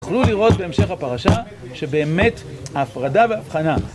יוכלו לראות בהמשך הפרשה שבאמת ההפרדה והבחנה